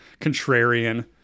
contrarian